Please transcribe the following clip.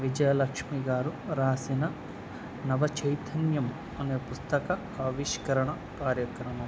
విజయలక్ష్మి గారు రాసిన నవ చైతన్యం అనే పుస్తక ఆవిష్కరణ కార్యక్రమం